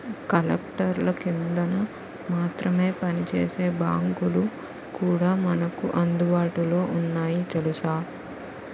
కలెక్టర్ల కిందన మాత్రమే పనిచేసే బాంకులు కూడా మనకు అందుబాటులో ఉన్నాయి తెలుసా